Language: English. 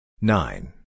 Nine